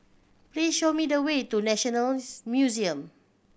please show me the way to National Museum